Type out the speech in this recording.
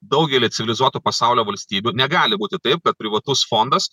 daugely civilizuotų pasaulio valstybių negali būti taip kad privatus fondas